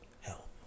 help